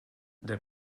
der